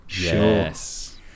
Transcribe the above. Yes